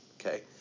okay